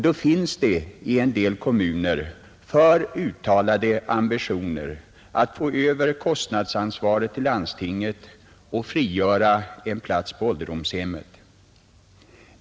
Då finns det i en del kommuner uttalade ambitioner att få över kostnadsansvaret till landstinget och frigöra en plats på ålderdomshemmet.